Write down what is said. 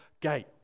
gate